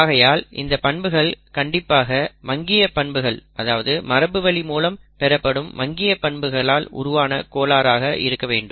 ஆகையால் இந்த பண்புகள் கண்டிப்பாக மங்கிய பண்புகள் அதாவது மரபுவழி மூலம் பெறப்படும் மங்கிய பண்புகளால் உருவான கோளாறாக இருக்க வேண்டும்